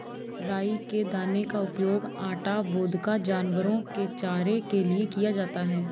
राई के दाने का उपयोग आटा, वोदका, जानवरों के चारे के लिए किया जाता है